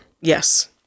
yes